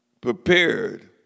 prepared